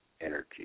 energy